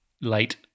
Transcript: late